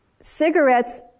Cigarettes